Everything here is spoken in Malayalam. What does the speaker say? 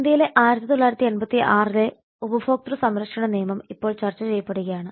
ഇന്ത്യയിലെ 1986 ലെ ഉപഭോക്തൃ സംരക്ഷണ നിയമം ഇപ്പോൾ ചർച്ച ചെയ്യപ്പെടുകയാണ്